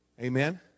Amen